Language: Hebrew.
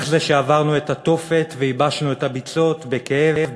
איך זה שעברנו את התופת וייבשנו את הביצות בכאב,